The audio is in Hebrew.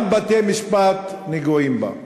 גם בתי-משפט נגועים בה.